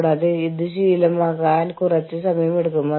അപ്പോൾ ഏത് നിയമത്തിന് മുൻഗണന നൽകും